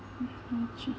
one two three